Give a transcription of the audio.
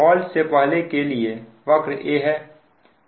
fault से पहले के लिए वक्र A है